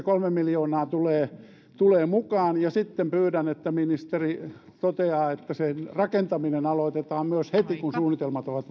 kolme miljoonaa tulee tulee mukaan ja sitten pyydän että ministeri toteaa että sen rakentaminen myös aloitetaan heti kun suunnitelmat ovat